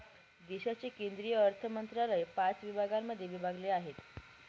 देशाचे केंद्रीय अर्थमंत्रालय पाच विभागांमध्ये विभागलेले आहे